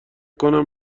کنم